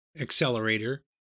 accelerator